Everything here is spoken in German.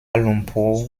lumpur